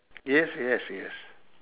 yes yes yes